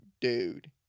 dude